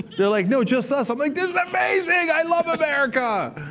they're like, no, just us. i'm like, this is amazing! i love america!